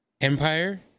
Empire